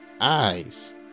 eyes